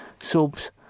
subs